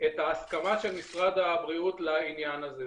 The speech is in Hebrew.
את הסכמה של משרד הבריאות לעניין הזה.